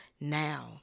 now